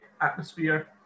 atmosphere